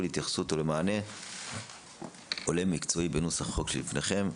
להתייחסות ולמענה הולם ומקצועי בנוסח החוק שלפניכם.